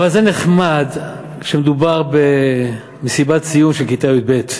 אבל זה נחמד כשמדובר במסיבת סיום של כיתה י"ב,